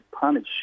punish